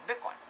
Bitcoin